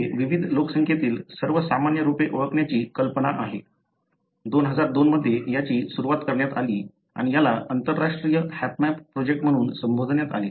येथे विविध लोकसंख्येतील सर्व सामान्य रूपे ओळखण्याची कल्पना आहे 2002 मध्ये याची सुरुवात करण्यात आली आणि याला आंतरराष्ट्रीय हॅपमॅप प्रोजेक्ट म्हणून संबोधण्यात आले